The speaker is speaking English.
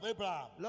Abraham